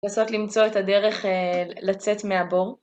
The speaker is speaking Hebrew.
לנסות למצוא את הדרך לצאת מהבור.